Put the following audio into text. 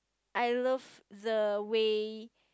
I love the way